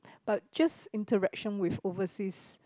but just interaction with overseas